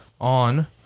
on